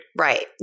Right